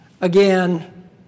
Again